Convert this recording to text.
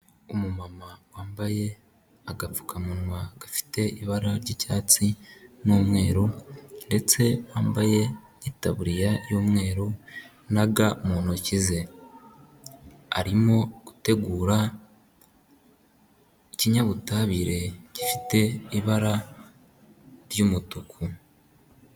Umumama wambaye agapfukamunwa gafite ibara ry'icyatsi n'umweru ndetse wambaye n'itabuririya yumweru na ga mu ntoki ze. Arimo gutegura ikinyabutabire gifite ibara ry'umutuku.